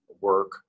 work